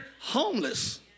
homeless